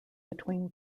between